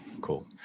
cool